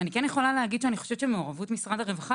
אני כן יכולה להגיד שאני חושבת שמעורבות משרד הרווחה,